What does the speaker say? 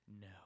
No